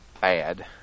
bad